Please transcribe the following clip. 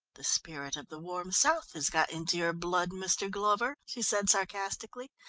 the spirit of the warm south has got into your blood, mr. glover, she said sarcastically.